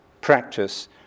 practice